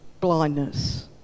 blindness